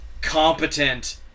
competent